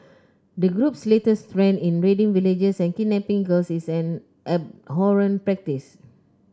the group's latest trend in raiding villages and kidnapping girls is an abhorrent practice